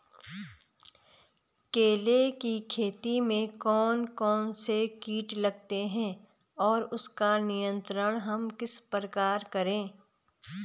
केले की खेती में कौन कौन से कीट लगते हैं और उसका नियंत्रण हम किस प्रकार करें?